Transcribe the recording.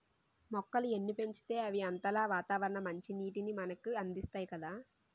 మొక్కలు ఎన్ని పెంచితే అవి అంతలా వాతావరణ మంచినీటిని మనకు అందిస్తాయి కదా